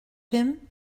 him